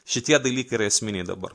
šitie dalykai yra esminiai dabar